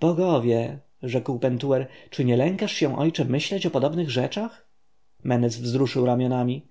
bogowie rzekł pentuer czy nie lękasz się ojcze myśleć o podobnych rzeczach menes wzruszył ramionami